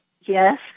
yes